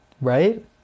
right